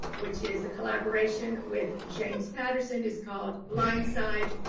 which is a collaboration with james patterson is called blindside.